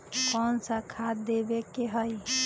कोन सा खाद देवे के हई?